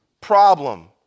problem